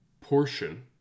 portion